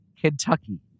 Kentucky